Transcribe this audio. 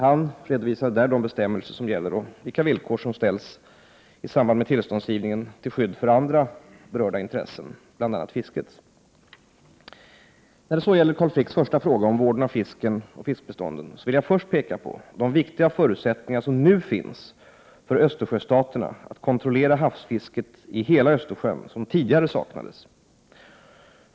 Han redovisade där de bestämmelser som gäller och vilka villkor som ställs i samband med tillståndsgivningen till skydd för andra berörda intressen, bl.a. fiskets. När det gäller Carl Fricks första fråga om vården av fisken och fiskbestånden vill jag först peka på de viktiga förutsättningar som nu finns för Östersjöstaterna att kontrollera havsfisket i hela Östersjön och som tidigare saknades.